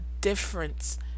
difference